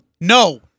no